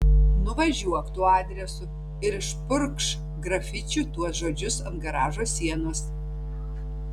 nuvažiuok tuo adresu ir išpurkšk grafičiu tuos žodžius ant garažo sienos